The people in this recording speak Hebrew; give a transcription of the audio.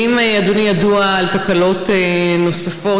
האם לאדוני ידוע על תקלות נוספות?